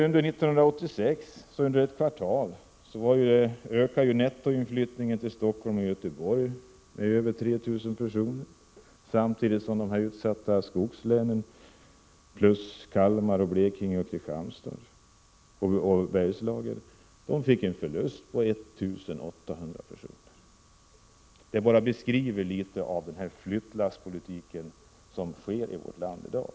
Under 1986 ökade under ett kvartal nettoinflyttningen till Stockholm och Göteborg med över 3 000 personer. Samtidigt förlorade de utsatta skogslänen, Kalmar län , Blekinge län och Kristianstads län samt Bergslagen 1 800 personer. Jag beskriver här den flyttlasspolitik som förs i vårt land i dag.